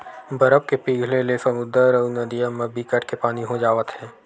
बरफ के पिघले ले समुद्दर अउ नदिया म बिकट के पानी हो जावत हे